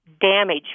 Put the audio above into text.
damage